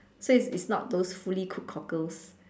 so is not those fully cooked cockles